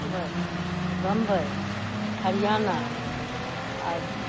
मुम्बइ बम्बइ हरियाणा आओर